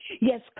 Yes